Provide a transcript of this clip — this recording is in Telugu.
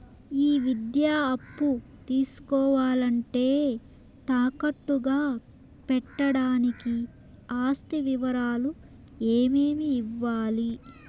ఈ విద్యా అప్పు తీసుకోవాలంటే తాకట్టు గా పెట్టడానికి ఆస్తి వివరాలు ఏమేమి ఇవ్వాలి?